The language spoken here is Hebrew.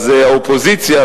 אז האופוזיציה,